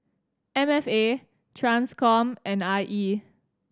M F A Transcom and I E